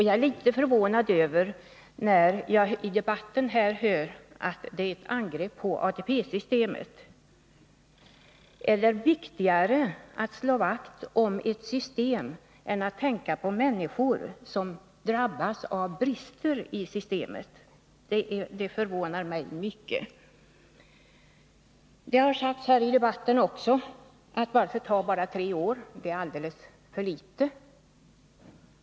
Jag blev litet förvånad när jag i debatten hörde att reformen innebär ett angrepp på ATP-systemet. Är det viktigare att slå vakt om ett system än att tänka på människor som drabbas av brister i systemet? Det förvånar mig mycket om man har den uppfattningen. Det har under debatten frågats: Varför ta bara tre år? — det är alldeles för litet.